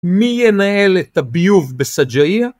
מי ינהל את הביוב בסג'עיה?